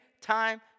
time